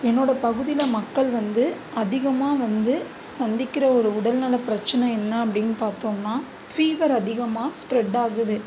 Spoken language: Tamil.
என்னோட பகுதியில மக்கள் வந்து அதிகமாக வந்து சந்திக்கிற ஒரு உடல்நல பிரச்சனை என்ன அப்படின்னு பார்த்தோம்னா ஃபீவர் அதிகமாக ஸ்ப்ரெட்டாகுது